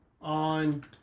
on